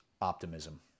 optimism